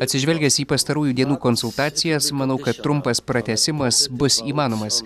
atsižvelgęs į pastarųjų dienų konsultacijas manau kad trumpas pratęsimas bus įmanomas